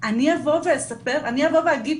אני אבוא ואספר, אני אבוא ואגיד?